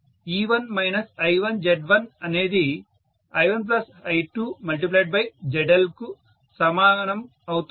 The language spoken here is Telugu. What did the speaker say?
E1 I1Z1 అనేది I1I2ZLకు సమానం అవుతుంది